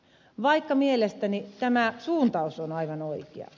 mutta mielestäni tämä suuntaus on aivan oikea